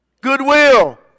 goodwill